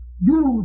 Use